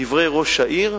דברי ראש העיר,